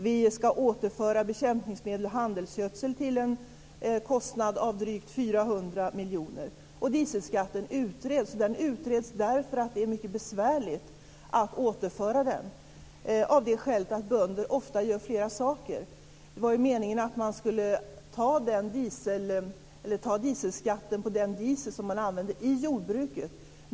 Vi ska återföra avgifter på bekämpningsmedel och handelsgödsel till en kostnad av drygt 400 miljoner. Dieselskatten utreds, och den utreds därför att det är mycket besvärligt att återföra den av det skälet att bönder ofta gör flera saker. Det var ju meningen att man skulle återföra dieselskatten på den diesel som man använde i jordbruket.